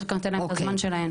אחר ניתן להם את הזמן שלהם.